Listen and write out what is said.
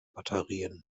batterien